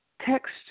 text